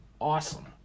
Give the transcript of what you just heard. awesome